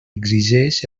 exigeix